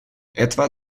etwa